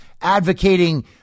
advocating